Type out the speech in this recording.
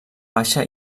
baixa